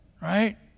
Right